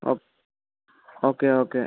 oh okay okay